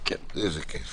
יש לנו רק בקשה